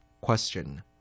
Question